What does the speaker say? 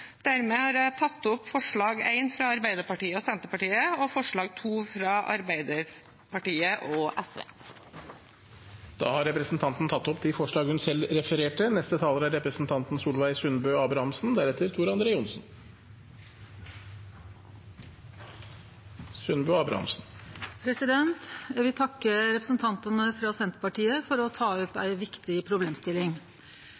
Dermed tar jeg opp forslag nr. 1, fra Arbeiderpartiet og Senterpartiet, og forslag nr. 2, fra Arbeiderpartiet og SV. Representanten Kirsti Leirtrø har tatt opp de forslagene hun refererte til. Eg vil takke representantane frå Senterpartiet for å ta opp ei viktig problemstilling. Høgre er oppteke av trafikksikkerheit, og det er gledeleg å